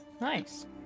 Nice